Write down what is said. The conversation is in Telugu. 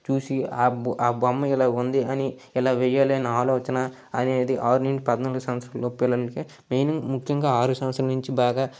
చూసి ఆ బొమ్ ఆ బొమ్మ ఇలా ఉంది అని ఇలా వేయాలి అనే ఆలోచన అనేది ఆరు నుంచి పద్నాలుగు సంవత్సరాలలోపు పిల్లలకు మెయిన్ ముఖ్యంగా ఆరు సంవత్సరాల నుంచి బాగా